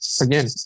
again